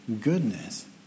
goodness